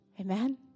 Amen